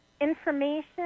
information